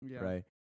right